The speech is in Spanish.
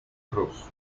cruz